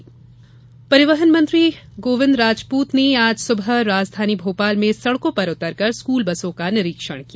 बस निरीक्षण परिवहन मंत्री गोविंद राजपूत ने आज सुबह राजधानी भोपाल में सड़कों पर उतरकर स्कूल बसों का निरीक्षण किया